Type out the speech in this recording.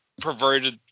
perverted